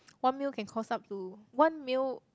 one meal can cost up to one meal